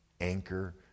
Anchor